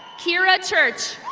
kira church.